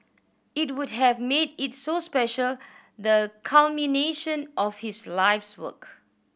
it would have made it so special the culmination of his life's work